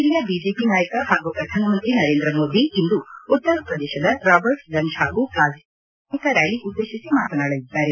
ಹಿರಿಯ ಬಿಜೆಪಿ ನಾಯಕ ಹಾಗೂ ಪ್ರಧಾನಮಂತ್ರಿ ನರೇಂದ್ರ ಮೋದಿ ಇಂದು ಉತ್ತರ ಪ್ರದೇಶದ ರಾಬರ್ಟ್ಗಂಜ್ ಹಾಗೂ ಗಾಜಿಪುರ್ನಲ್ಲಿ ಸಾರ್ವಜನಿಕ ರ್ಾಲಿ ಉದ್ದೇಶಿಸಿ ಮಾತನಾಡಲಿದ್ದಾರೆ